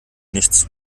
nichts